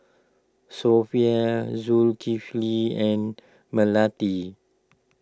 Sofea Zulkifli and Melati